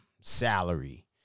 Salary